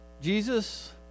Jesus